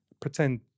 pretend